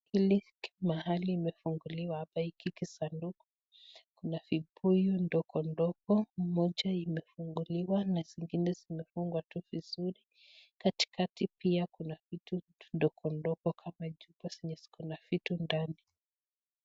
Hili mahali imefunguliwa hapa hiki kisanduku. Kuna vibuyu ndogo ndogo, moja imefunguliwa na zingine zimefungwa tu vizuri. Katikati pia kuna vitu ndogo ndogo kama chupa zenye ziko na vitu ndani.